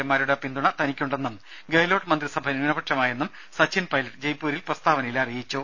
എമാരുടെ പിന്തുണ തനിക്കുണ്ടെന്നും ഗെയ്ലോട്ട് മന്ത്രിസഭ ന്യൂനപക്ഷമായെന്നും സച്ചിൻ പൈലറ്റ് ജയ്പൂരിൽ പ്രസ്താവനയിൽ അറിയിച്ചു